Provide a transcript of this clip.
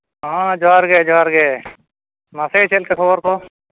ᱦᱚᱸ ᱡᱚᱦᱟᱨ ᱜᱮ ᱡᱚᱦᱟᱨ ᱜᱮ ᱢᱟᱥᱮ ᱪᱮᱫᱞᱮᱠᱟ ᱠᱷᱚᱵᱚᱨ ᱠᱚ